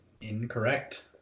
Incorrect